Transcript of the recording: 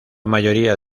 mayoría